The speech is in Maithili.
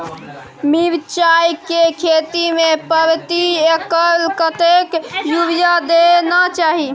मिर्चाय के खेती में प्रति एकर कतेक यूरिया देना चाही?